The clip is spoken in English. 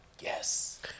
yes